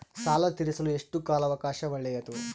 ಸಾಲ ತೇರಿಸಲು ಎಷ್ಟು ಕಾಲ ಅವಕಾಶ ಒಳ್ಳೆಯದು?